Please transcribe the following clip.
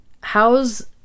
how's